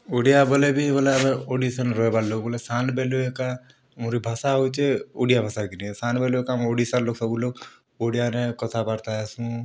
ଓଡ଼ିଆ ବେଲେ ବି ବେଲେ ଆମ ଓଡ଼ିଶାନ ରହେବାର୍ ଲୋକ୍ ବେଲେ ସାନ୍ ବେଲୁ ଏକା ମୋର୍ ଇ ଭାଷା ହେଉଛେ ଓଡ଼ିଆ ଭାଷା କିନି ସାନ୍ ବେଲେ ଏକା ଓଡ଼ିଶାର୍ ଲୋକ୍ ସବୁ ଲୋକ୍ ଓଡ଼ିଆ ନେ କଥାବାର୍ତ୍ତା ହେସୁଁ